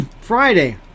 Friday